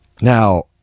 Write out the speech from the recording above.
Now